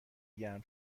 گرم